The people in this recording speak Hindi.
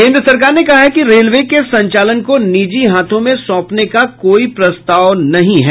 केंद्र सरकार ने कहा है कि रेलवे के संचालन को निजी हाथों में सौंपने का कोई प्रस्ताव नहीं है